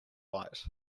light